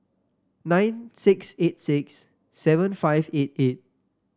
nine six eight six seven five eight eight